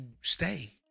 stay